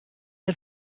der